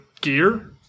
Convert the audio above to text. gear